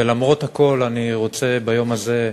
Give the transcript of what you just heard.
ולמרות הכול, אני רוצה ביום הזה,